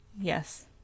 Yes